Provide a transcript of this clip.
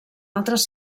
altres